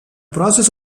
process